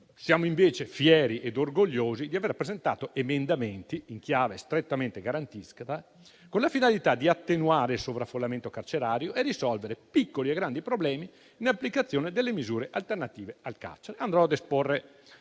Siamo invece fieri ed orgogliosi di aver presentato emendamenti in chiave strettamente garantista con la finalità di attenuare il sovraffollamento carcerario e risolvere piccoli e grandi problemi nell'applicazione delle misure alternative al carcere. Andrò ad esporre